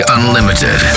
Unlimited